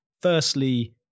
firstly